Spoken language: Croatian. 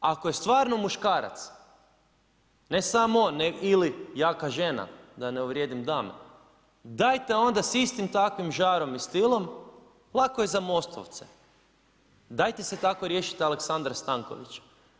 Ako je stvarno muškarac, ne samo on, ili jaka žena da ne uvrijedim dame, dajte onda s istim takvim žarom i stilom, lako je za MOST-ovce, dajte se tako riješite Aleksandra Stankovića.